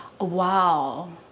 Wow